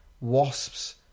wasps